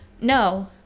no